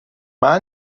دربازه